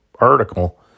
article